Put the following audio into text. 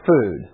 food